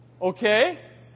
okay